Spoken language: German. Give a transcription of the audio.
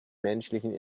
menschlichen